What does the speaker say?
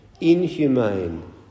inhumane